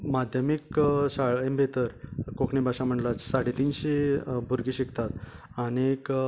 माध्यमीक शाळें भितर कोंकणी भाशा मंडळाच्या साडे तिनशें भुरगीं शिकतात आनीक